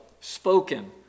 spoken